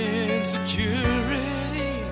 insecurity